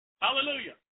Hallelujah